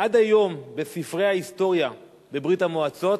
עד היום בספרי ההיסטוריה בברית-המועצות